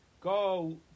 go